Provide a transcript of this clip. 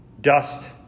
Dust